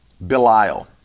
Belial